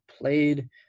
played